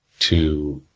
to